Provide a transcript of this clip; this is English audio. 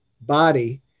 body